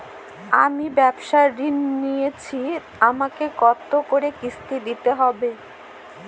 আমি ব্যবসার ঋণ নিয়েছি আমাকে কত করে কিস্তি দিতে হবে?